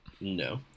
No